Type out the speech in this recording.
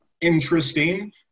Interesting